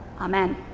Amen